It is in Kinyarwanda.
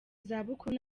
zabukuru